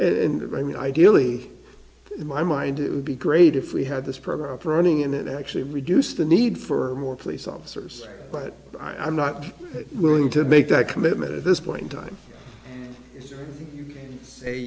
and i mean ideally in my mind it would be great if we had this program running and it actually reduce the need for more police officers but i'm not willing to make that commitment at this point in time a